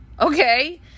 okay